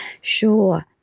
sure